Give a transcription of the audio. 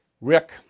Rick